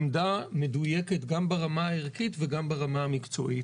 עמדה מדויקת גם ברמה הערכית וגם ברמה המקצועית.